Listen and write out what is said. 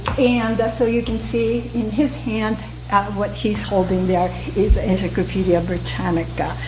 and so you can see in his hand what he's holding there is encyclopedia britannica.